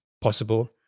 possible